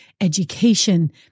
education